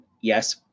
yes